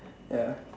ya